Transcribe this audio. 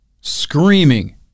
screaming